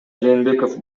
жээнбеков